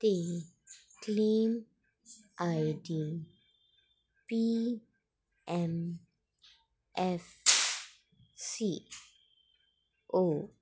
ते claim I D M S C O